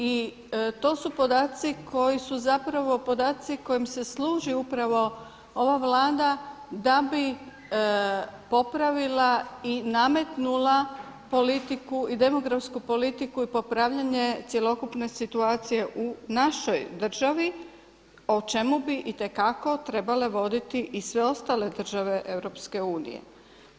I to su podaci koji su zapravo podaci kojima se služi upravo ova Vlada da bi popravila i nametnula politiku i demografsku politiku i popravljanje cjelokupne situacije u našoj državi o čemu bi itekako trebale voditi i sve ostale države Europske unije.